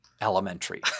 elementary